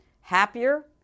happier